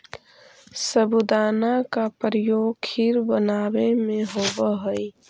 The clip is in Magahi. साबूदाना का प्रयोग खीर बनावे में होवा हई